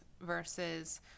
versus